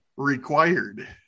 required